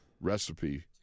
recipe